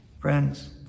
Friends